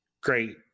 great